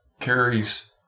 carries